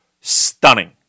stunning